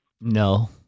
No